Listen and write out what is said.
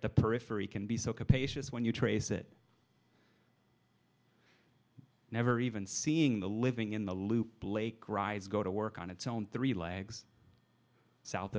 the periphery can be so capacious when you trace it never even seeing the living in the loop blake rides go to work on its own three legs south